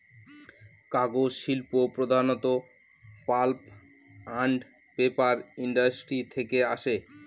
কাগজ শিল্প প্রধানত পাল্প আন্ড পেপার ইন্ডাস্ট্রি থেকে আসে